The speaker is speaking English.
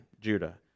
Judah